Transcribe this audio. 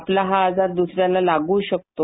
आपला हा आजार दसऱ्याला लागू शकतो